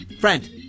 friend